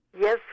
Yes